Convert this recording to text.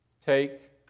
take